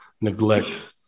neglect